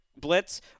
blitz